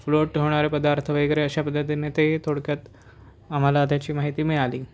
float होणारे पदार्थ वगैरे अशा पद्धतीने ते थोडक्यात आम्हाला त्याची माहिती मिळाली